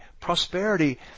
Prosperity